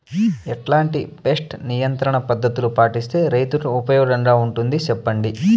ఎట్లాంటి పెస్ట్ నియంత్రణ పద్ధతులు పాటిస్తే, రైతుకు ఉపయోగంగా ఉంటుంది సెప్పండి?